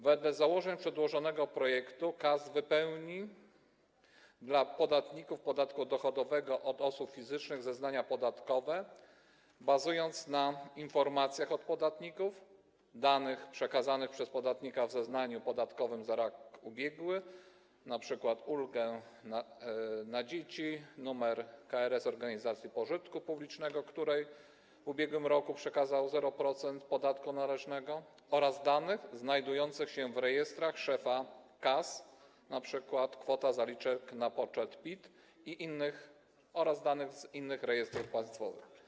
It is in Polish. Wedle założeń przedłożonego projektu KAS wypełni dla podatników podatku dochodowego od osób fizycznych zeznania podatkowe, bazując na informacjach od płatników, danych przekazanych przez podatnika w zeznaniu podatkowym za rok ubiegły (np. ulga na dzieci, numer KRS organizacji pożytku publicznego, której w ubiegłym roku przekazał 1% podatku należnego) oraz danych znajdujących się w rejestrach szefa KAS (np. kwota zaliczek na poczet PIT) i innych rejestrach państwowych.